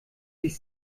sich